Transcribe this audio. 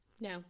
No